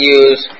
use